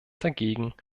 dagegen